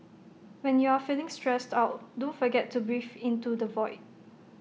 when you are feeling stressed out don't forget to breathe into the void